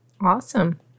Awesome